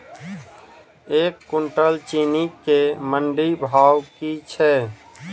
एक कुनटल चीनी केँ मंडी भाउ की छै?